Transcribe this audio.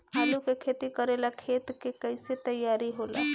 आलू के खेती करेला खेत के कैसे तैयारी होला?